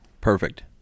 Perfect